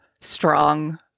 strong